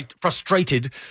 frustrated